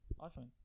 iPhone